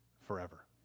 forever